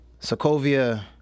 Sokovia